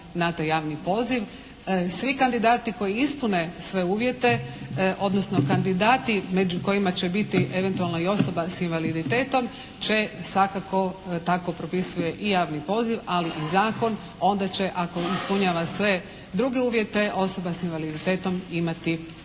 na taj javni poziv. Svi kandidati koji ispune sve uvjete, odnosno kandidati među kojima će biti eventualno i osoba sa invaliditetom će svakako, tako propisuje i javni poziv, ali i zakon, onda će ako ispunjava sve druge uvjete, osoba sa invaliditetom imati